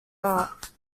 art